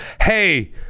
hey